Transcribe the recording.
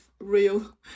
real